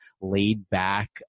laid-back